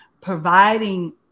providing